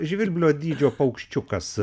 žvirblio dydžio paukščiukas